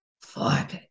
fuck